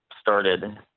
started